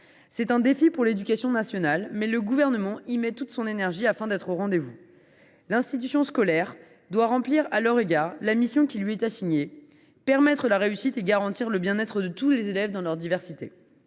C’est là un défi pour l’éducation nationale, mais le Gouvernement y consacre toute son énergie afin d’être au rendez vous. L’institution scolaire doit remplir la mission qui lui est assignée : permettre la réussite et garantir le bien être de tous les élèves dans leur pluralité.